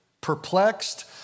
Perplexed